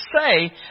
say